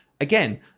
Again